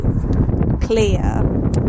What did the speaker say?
clear